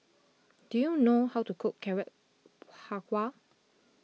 do you know how to cook Carrot Halwa